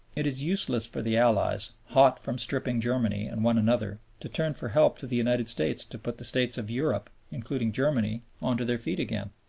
it is useless for the allies, hot from stripping germany and one another, to turn for help to the united states to put the states of europe, including germany, on to their feet again.